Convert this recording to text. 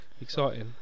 exciting